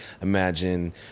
imagine